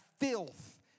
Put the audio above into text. filth